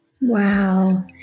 wow